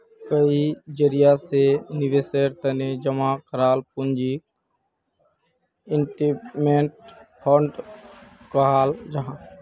कई जरिया से निवेशेर तने जमा कराल पूंजीक इन्वेस्टमेंट फण्ड कहाल जाहां